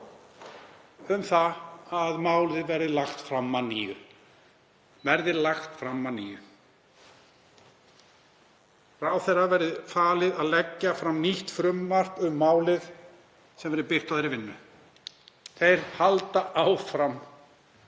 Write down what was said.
um það að málið verði lagt fram að nýju, að ráðherra verði falið að leggja fram nýtt frumvarp um málið sem verði byggt á þeirri vinnu. Þeir halda áfram